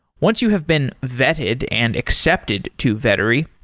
once you have been vetted and accepted to vettery,